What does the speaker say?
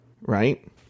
right